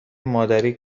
مادری